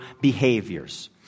behaviors